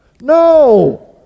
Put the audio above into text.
no